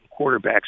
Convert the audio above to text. quarterbacks